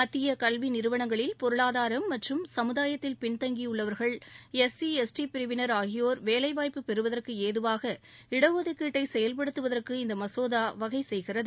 மத்திய கல்வி நிறுவனங்களில் பொருளாதாரம் மற்றும் சமூதாயத்தில் பின்தங்கியுள்ளவர்கள் எஸ் சி எஸ் டி பிரிவினர் ஆகியோர் வேலை வாய்ப்பு பெறுவதற்கு ஏதுவாக இடஒதுக்கீட்டை செயல்படுவத்துவதற்கு இந்த மசோதா வகை செய்கிறது